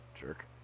Jerk